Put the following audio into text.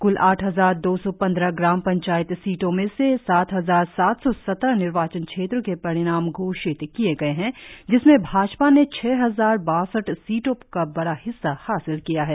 कुल आठ हजार दो सौ पंद्रह ग्राम पंचायत सीटों में से सात हजार सात सौ सत्रह निर्वाचन क्षेत्रो के परिणाम घोषित किए गए है जिसमें भाजपा ने छह हजार बासठ सीटों का बड़ा हिस्सा हासिल किया है